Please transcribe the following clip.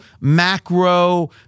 macro